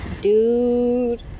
Dude